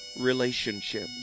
relationship